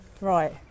Right